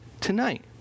tonight